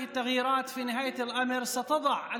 השינויים האלה בסופו של דבר ישימו את